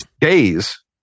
Days